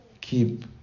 keep